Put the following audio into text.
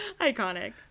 Iconic